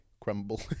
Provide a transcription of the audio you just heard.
crumble